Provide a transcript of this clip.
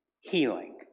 healing